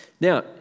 Now